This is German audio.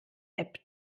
app